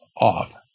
off